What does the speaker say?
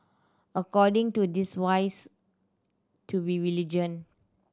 according to this wise to be vigilant